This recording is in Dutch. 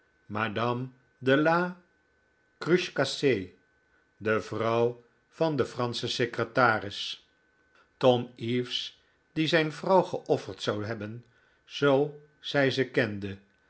de la cruchecassee de vrouw van den franschen secretaris tom eaves die zijn vrouw geofferd zou hebben zoo zij ze kende